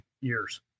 years